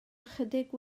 ychydig